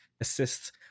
assists